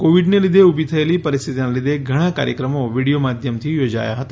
કોવિડનાં લીઘે ઉભી થયેલી પરિસ્થિતીનાં લીધે ધણા કાર્યક્રમો વિડિયો માધ્યમથી યોજાયા છે